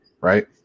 Right